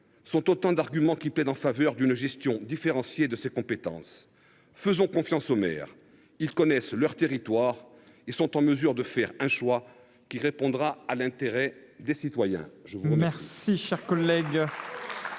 sont autant d’arguments qui plaident en faveur d’une gestion différenciée de ces compétences. Encore une fois, faisons confiance aux maires, car ils connaissent leur territoire et sont en mesure de faire un choix qui répondra à l’intérêt des citoyens.